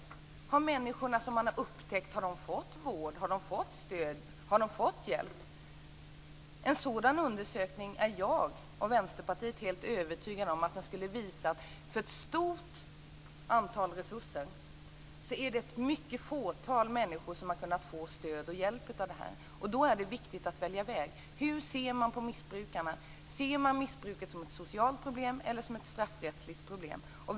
De människor som man har upptäckt, har de fått vård, stöd och hjälp? Jag och Vänsterpartiet är helt övertygade om att en sådan undersökning skulle visa att med tanke på de stora resurser som har satsats är det ett mycket fåtal människor som har kunnat få stöd och hjälp. Då är det viktigt att välja väg. Hur ser man på missbrukarna? Ser man missbruket som ett socialt eller som straffrättsligt problem?